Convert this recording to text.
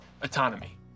autonomy